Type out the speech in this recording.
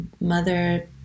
mother